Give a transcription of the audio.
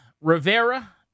Rivera-